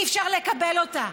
אי-אפשר לקבל אותה.